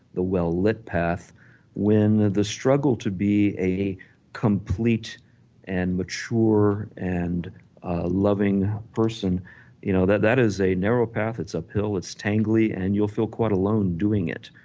the well lit path when the struggle to be a complete and mature and loving person you know that that is a narrow path, it's uphill, it's tangly and you'll feel quite alone doing it.